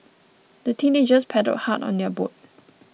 the teenagers paddled hard on their boat